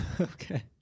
Okay